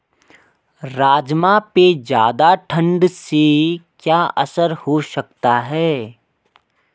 राजमा पे ज़्यादा ठण्ड से क्या असर हो सकता है?